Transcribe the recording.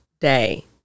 day